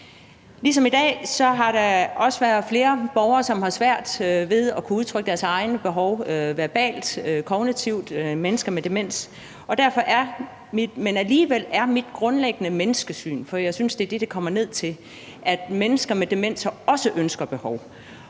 er i dag, er der flere borgere med demens, som har svært ved at udtrykke deres egne behov verbalt og svært ved det kognitive, men alligevel er mit grundlæggende menneskesyn – for jeg synes, det er det, det kommer an på – at mennesker med demens også har ønsker og behov.